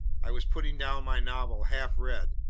i was putting down my novel half read,